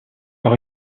par